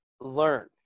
learn